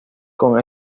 con